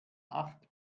acht